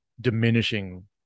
diminishing